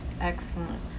excellent